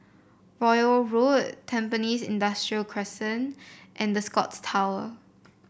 Royal Road Tampines Industrial Crescent and The Scotts Tower